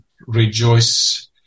rejoice